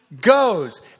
goes